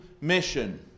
mission